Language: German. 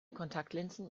kontaktlinsen